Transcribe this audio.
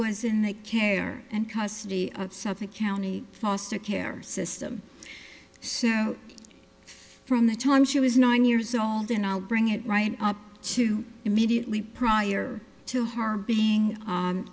was in the care and custody of suffolk county foster care system so from the time she was nine years old and i'll bring it right to immediately prior to her being